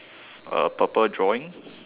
a purple drawing